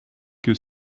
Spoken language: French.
que